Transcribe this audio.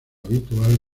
habitual